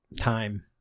time